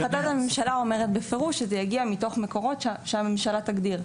החלטת הממשלה אומרת בפירוש שזה יגיע מתוך מקורות שהממשלה תגדיר.